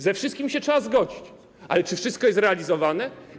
Ze wszystkim się trzeba zgodzić, ale czy wszystko jest realizowane?